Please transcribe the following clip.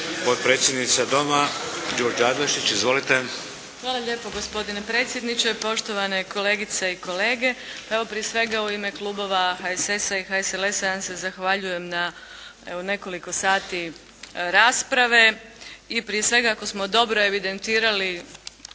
potpredsjednica Doma Đurđa Adlešić. Izvolite. **Adlešič, Đurđa (HSLS)** Hvala lijepo gospodine predsjedniče, poštovane kolegice i kolege. Evo prije svega u ime klubova HSS-a i HSLS-a ja vam se zahvaljujem na evo nekoliko sati rasprave i prije svega ako smo dobro evidentirali